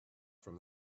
from